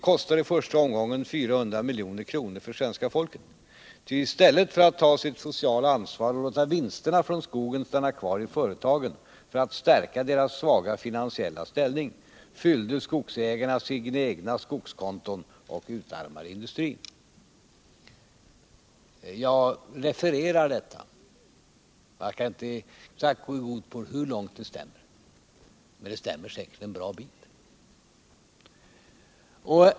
Det kostar i första omgången 400 milj.kr. för svenska folket, ty i stället för att ta sitt sociala ansvar och låta vinsterna från skogen stanna kvar i företagen för att förstärka deras svaga finansiella ställning fyllde skogsägarna sina egna skogskonton och utarmade industrin. Jag refererar Pappersindustriarbetareförbundets uttalande. Jag kan inte gå i god för hur långt det stämmer, men det stämmer säkert en bra bit.